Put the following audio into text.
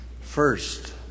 First